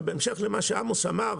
בהמשך למה שאמר עמוס,